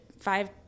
five